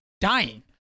dying